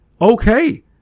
okay